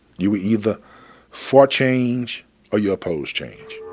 you were either for change or you opposed change.